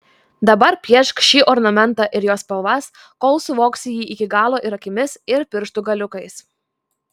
dabar piešk šį ornamentą ir jo spalvas kol suvoksi jį iki galo ir akimis ir pirštų galiukais